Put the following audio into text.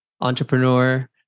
entrepreneur